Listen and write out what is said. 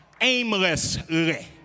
aimlessly